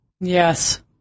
Yes